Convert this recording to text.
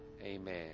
Amen